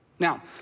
Now